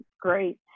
great